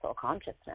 consciousness